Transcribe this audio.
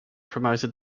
promoted